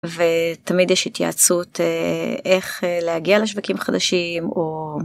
ותמיד יש התייעצות איך להגיע לשווקים חדשים או.